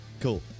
cool